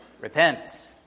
repent